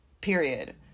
period